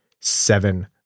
seven